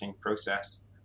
process